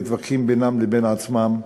מתווכחים בינם לבין עצמם,